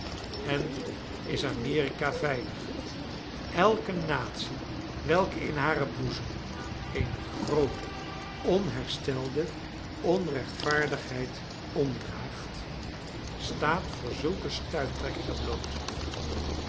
en is amerika veilig elke natie welke in haren boezem eene groote onherstelde onrechtvaardigheid omdraagt staat voor zulke stuiptrekkingen bloot